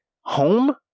home